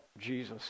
Jesus